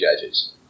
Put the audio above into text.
judges